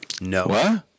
No